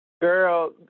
Girl